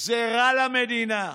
זה רע לכלכלה, זה רע למדינה.